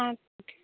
ஆ okay